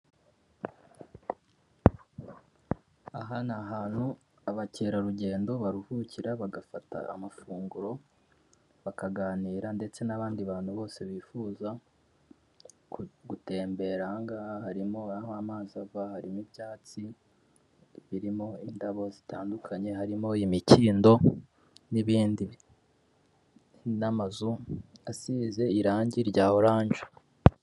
Aha ni ahantu abakerarugendo baruhukira bagafata amafunguro bakaganira ndetse n'abandi bantu bose bifuza gutembera harimo aho amazi ava harimo ibyatsi birimo indabo zitandukanye harimo imikindo n'ibindi n'amazu asize irangi rya orange.